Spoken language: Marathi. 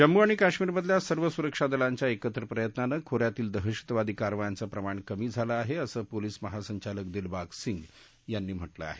जम्मू आणि काश्मिरमधल्या सर्व सुरक्षा दलांच्या एकत्र प्रयत्नाने खोऱ्यातील दहशतवादी कारवायांचे प्रमाण कमी झाले आहे असे पोलिस महासंचालक दिलबाग सिंग यांनी म्हटलं आहे